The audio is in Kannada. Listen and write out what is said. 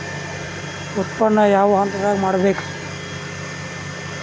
ಉತ್ಪನ್ನ ಯಾವ ಹಂತದಾಗ ಮಾಡ್ಬೇಕ್?